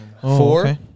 Four